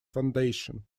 foundation